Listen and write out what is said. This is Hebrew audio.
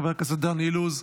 חבר הכנסת דן אילוז,